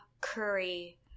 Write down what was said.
curry